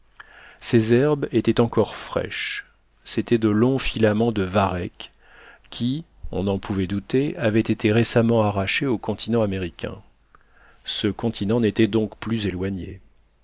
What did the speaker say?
ces herbes étaient encore fraîches c'étaient de longs filaments de varechs qui on n'en pouvait douter avaient été récemment arrachés au continent américain ce continent n'était donc plus éloigné